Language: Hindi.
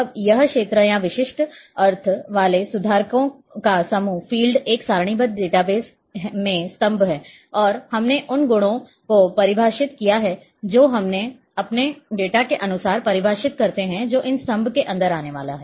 अब यह क्षेत्र या विशिष्ट अर्थ वाले सुधारकों का समूह ये फ़ील्ड एक सारणीबद्ध डेटाबेस में स्तंभ हैं और हमने उन गुणों को परिभाषित किया जो हम अपने डेटा के अनुसार परिभाषित करते हैं जो इन स्तंभ के अंदर आने वाला है